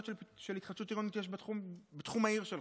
של התחדשות עירונית יש בתחום העיר שלו.